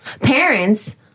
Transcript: Parents